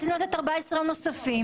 יש 14 יום נוספים.